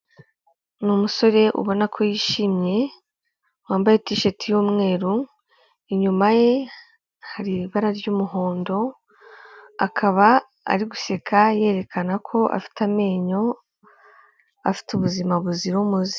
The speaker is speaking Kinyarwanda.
Ni umusore ubona ko yishimye wambaye tisheti y'umweru, inyuma ye hari ibara ry'umuhondo, akaba ari guseka yerekana ko afite amenyo afite ubuzima buzira umuze.